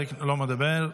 לא מדבר.